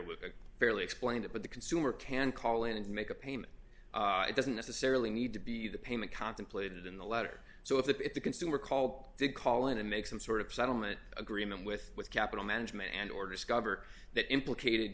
fairly explained it but the consumer can call in and make a payment it doesn't necessarily need to be the payment contemplated in the letter so if that if the consumer called to call in to make some sort of settlement agreement with with capital management and or discover that implicated